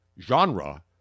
genre